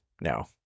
no